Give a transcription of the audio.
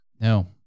No